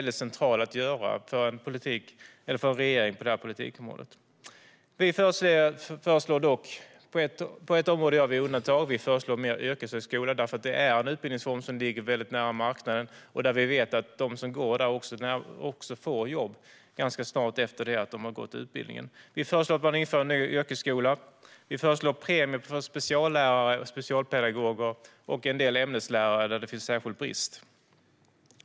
Det är centralt för en regering att göra den avvägningen på det här politikområdet. På ett område gör vi ett undantag och föreslår mer yrkeshögskola. Det är nämligen en utbildningsform som ligger nära arbetsmarknaden, och vi vet att de som går där får jobb ganska snart efter att de har gått utbildningen. Vi föreslår att man inför ny yrkesskola. Vi föreslår premier för speciallärare och specialpedagoger och en del ämneslärare där det finns särskild brist.